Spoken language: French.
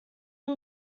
pas